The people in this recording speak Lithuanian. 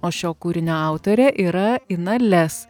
o šio kūrinio autorė yra ina les